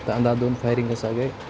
تہٕ اندھا دھند فایرِنٛگ ہَسا گٔے